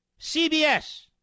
CBS